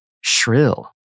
shrill